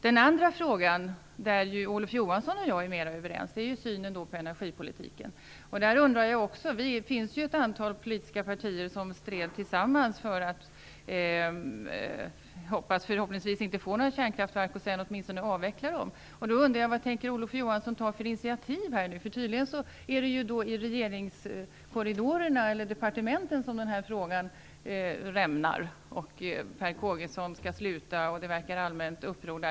Den andra frågan gäller det som Olof Johansson och jag är mer överens, nämligen synen på energipolitiken. Det fanns ju ett antal politiska partier som stred tillsammans för att vi förhoppningsvis inte skulle få några kärnkraftverk och sedan för att de skulle avvecklas. Vad tänker Olof Johansson ta för initiativ i frågan? Tydligen är det i korridorerna i departementen som denna fråga rämnar. Per Kågesson skall sluta, och det verkar råda allmänt uppror.